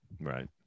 right